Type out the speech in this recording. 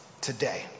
today